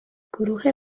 گروه